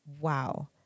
wow